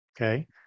Okay